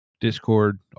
Discord